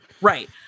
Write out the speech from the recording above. right